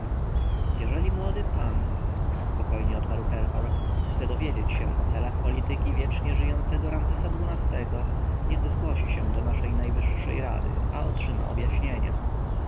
jeżeli młody pan spokojnie odparł herhor chce dowiedzieć się o celach polityki wiecznie żyjącego ramzesa xii-go niech zgłosi się do naszej najwyższej rady a otrzyma objaśnienia